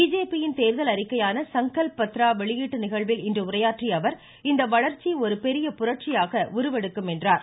பிஜேபியின் தேர்தல் அறிக்கையான சங்கல்ப் பத்ரா வெளியீட்டு நிகழ்வில் இன்று உரையாற்றிய அவர் இந்த வளர்ச்சி ஒரு பெரிய புரட்சியாக உருவெடுக்கும் என்றார்